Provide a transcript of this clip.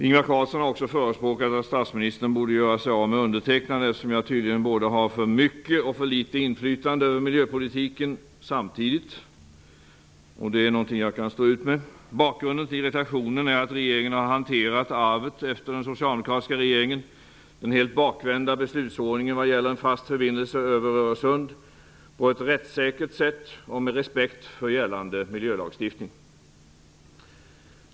Ingvar Carlsson har också förespråkat att statsministern borde göra sig av med mig, eftersom jag tydligen samtidigt har både för mycket och för litet inflytande över miljöpolitiken. Det är någonting jag kan stå ut med. Bakgrunden till irritationen är att regeringen har hanterat arvet efter den socialdemokratiska regeringen, den helt bakvända beslutsordningen vad gäller en fast förbindelse över Öresund, på ett rättssäkert sätt och med respekt för gällande miljölagstiftning.